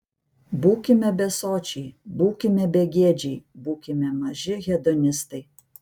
būkime besočiai būkime begėdžiai būkime maži hedonistai